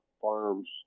farms